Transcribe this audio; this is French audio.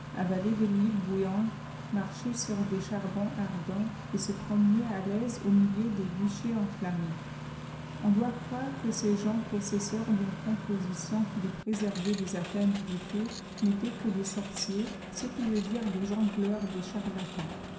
avaler de l'huile bouillante marcher sur des charons ardents et se promener m'aise au milieu des bûchers enflammés on doit croire que ces gensupossesseurs d'une composition qui les préservait des atteintes au feu n'étaient que des sciers ce qui vut dire des jongleurs des charlatans